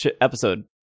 episode